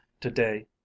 Today